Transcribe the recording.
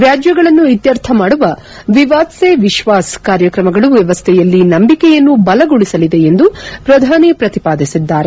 ವ್ಯಾಜ್ವಗಳನ್ನು ಇತ್ವರ್ಥ ಮಾಡುವ ವಿವಾದ್ ಸೇ ವಿಶ್ವಾಸ್ ಕಾರ್ಯಕ್ರಮಗಳು ವ್ಯವಸ್ಥೆಯಲ್ಲಿ ನಂಬಿಕೆಯನ್ನು ಬಲಗೊಳಿಸಲಿದೆ ಎಂದು ಪ್ರಧಾನಿ ಪ್ರತಿಪಾದಿಸಿದ್ದಾರೆ